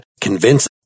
convince